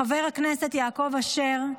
חבר הכנסת יעקב אשר,